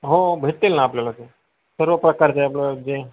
हो भेटतील ना आपल्याला ते सर्व प्रकारचे आपलं जे